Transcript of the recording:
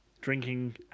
drinking